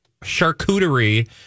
charcuterie